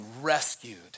rescued